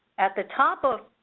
at the top of